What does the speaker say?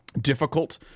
difficult